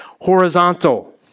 horizontal